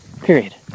period